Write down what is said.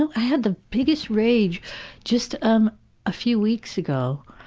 i had the biggest rage just um a few weeks ago.